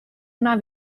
una